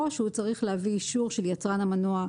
או שהוא צריך להביא אישור של יצרן המנוע,